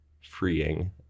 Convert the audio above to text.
freeing